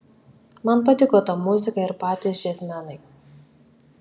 man patiko ta muzika ir patys džiazmenai